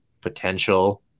potential